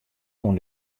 oan